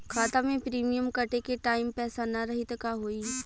खाता मे प्रीमियम कटे के टाइम पैसा ना रही त का होई?